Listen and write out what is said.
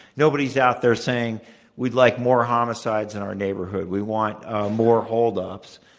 nobody's out there saying we'd like more homicides in our neighborhood. we want more holdups.